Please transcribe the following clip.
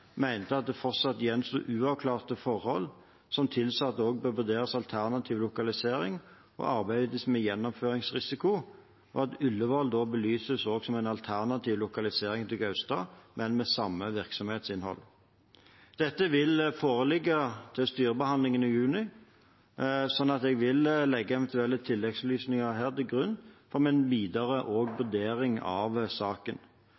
at det fortsatt gjensto uavklarte forhold som tilsa at det også burde vurderes alternativ lokalisering og arbeides med gjennomføringsrisiko, og at Ullevål også belyses som en alternativ lokalisering til Gaustad, men med samme virksomhetsinnhold. Dette vil foreligge til styrebehandlingen i juni. Jeg vil legge eventuelle tilleggsopplysninger her til grunn for min videre vurdering av saken.